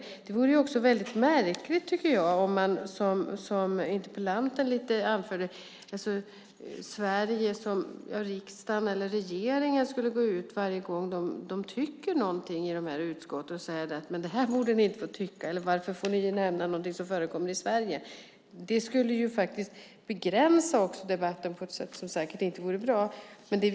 Jag tycker att det också vore väldigt märkligt om, som interpellanten anförde, riksdagen eller regeringen i Sverige skulle gå ut varje gång man tycker någonting i de här utskotten och säga att de inte borde få tycka det eller nämna någonting som förekommer i Sverige. Det skulle begränsa debatten på ett sätt som säkert inte vore bra.